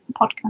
podcast